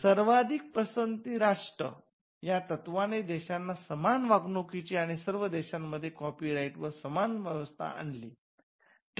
'सर्वाधिक पसंती राष्ट्र' तत्वाने देशांना समान वागणूक देण्याची आणि सर्व देशामध्ये कॉपीराइटवर समान व्यवस्था आणली